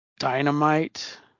dynamite